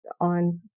on